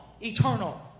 Eternal